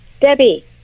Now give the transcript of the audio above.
Debbie